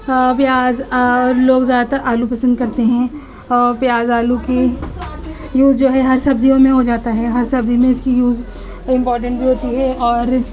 پیاز اور لوگ زیادہ تر آلو پسند کرتے ہیں اور پیاز آلو کی یوز جو ہے ہر سبزیوں میں ہو جاتا ہے ہر سبزی میں اس کی یوز امپاٹنٹ ہوتی ہے اور